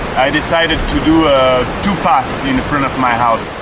i decided to do a two path in front of my house.